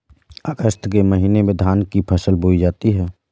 अगस्त के महीने में धान की फसल बोई जाती हैं